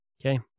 Okay